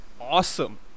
awesome